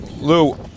Lou